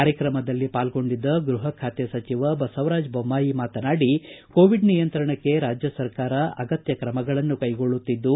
ಕಾರ್ಯಕ್ರಮದಲ್ಲಿ ಪಾಲ್ಗೊಂಡಿದ್ದ ಗೃಹ ಖಾತೆ ಸಚಿವ ಬಸವರಾಜ ಬೊಮ್ಮಾಯಿ ಮಾತನಾಡಿ ಕೊವಿಡ್ ನಿಯಂತ್ರಣಕ್ಕೆ ರಾಜ್ಯ ಸರ್ಕಾರ ಅಗತ್ಯ ಕ್ರಮಗಳನ್ನು ಕೈಗೊಳ್ಳುತ್ತಿದ್ದು